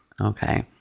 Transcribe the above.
Okay